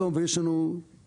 היום יש לנו סוג,